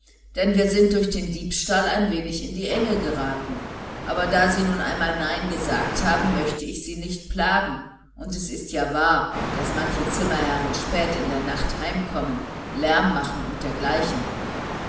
denn wir sind durch den diebstahl ein wenig in die enge geraten aber da sie einmal nein gesagt haben möchte ich sie nicht plagen und es ist ja wahr daß manche zimmerherrn spät in der nacht heimkommen lärm machen und dergleichen